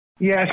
Yes